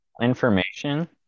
information